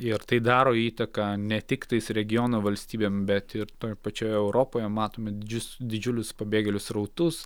ir tai daro įtaką ne tiktais regiono valstybėm bet ir toj pačioj europoje matome didžius didžiulius pabėgėlių srautus